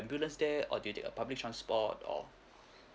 ambulance there or do you take a public transport or